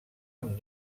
amb